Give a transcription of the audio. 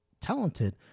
talented